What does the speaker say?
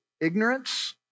ignorance